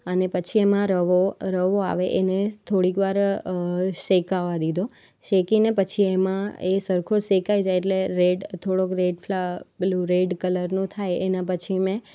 અને પછી એમાં રવો રવો આવે એને થોડીક વાર શેકાવા દીધો શેકીને પછી એમાં એ સરખો શેકાઈ જાય એટલે રેડ થોડોક રેડ ફ્લા પેલું રેડ કલરનું થાય એના પછી મેં